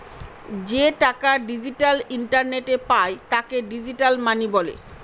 যে টাকা ডিজিটাল ইন্টারনেটে পায় তাকে ডিজিটাল মানি বলে